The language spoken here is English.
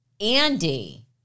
Andy